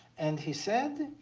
and he said,